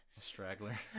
straggler